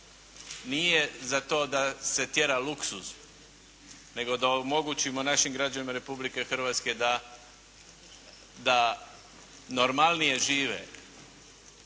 nije za to da se tjera luksuz, nego da omogućimo našim građanima Republike Hrvatske da normalnije žive.